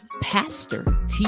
pastor